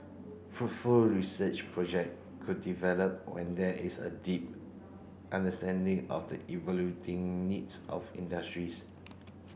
fruitful research project could develop when there is a deep understanding of the needs of industries